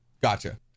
Gotcha